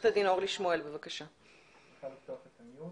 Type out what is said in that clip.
אכן המשרד שלנו הגיש את צו הכניסה לישראל ובעצם את ההסכם